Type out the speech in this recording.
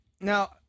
now